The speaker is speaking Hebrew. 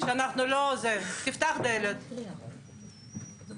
מוסיפה הרבה מאוד וגם אני אומר לך עוד דבר --- אני חצוי עם זה,